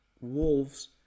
wolves